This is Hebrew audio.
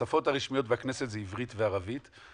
השפות הרשמיות בכנסת הן עברית וערבית,